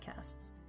podcasts